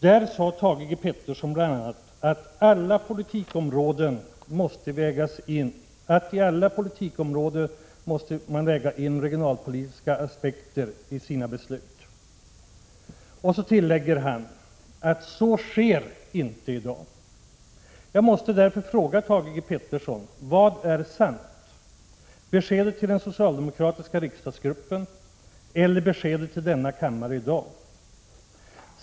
Där sade Thage G. Peterson bl.a. att ”alla politikområden måste väga in regionalpolitiska aspekter i sina beslut” — och så tillägger han att ”så sker inte idag”. Jag måste därför fråga Thage G. Peterson: Vad är sant — beskedet till den socialdemokratiska riksdagsgruppen eller beskedet till denna kammare i dag?